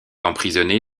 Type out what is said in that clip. emprisonnée